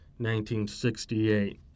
1968